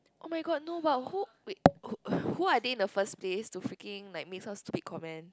oh-my-god no but who wait who are they in the first place to freaking like make some stupid comments